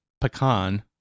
pecan